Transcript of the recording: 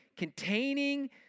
containing